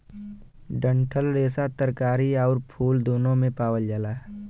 डंठल रेसा तरकारी आउर फल दून्नो में पावल जाला